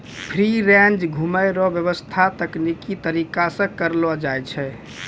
free range घुमै रो व्याबस्था तकनिकी तरीका से करलो जाय छै